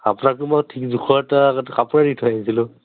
আপোনাকতো মই ঠিক জোখৰ তাত কাপোৰেই দি থৈ আহিছিলোঁ